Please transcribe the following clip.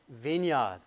vineyard